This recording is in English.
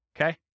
okay